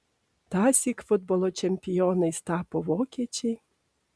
tąsyk futbolo čempionais tapo vokiečiai